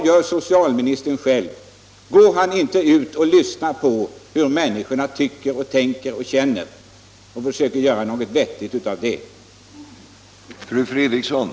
Går socialministern själv inte ut och tar del av vad människor tänker och tycker och sedan försöker göra något vettigt på grundval av det?